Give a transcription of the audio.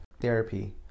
Therapy